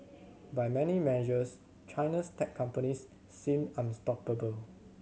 by many measures China's tech companies seem unstoppable